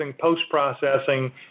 post-processing